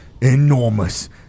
enormous